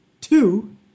two